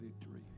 victory